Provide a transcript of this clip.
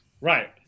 Right